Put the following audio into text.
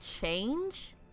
change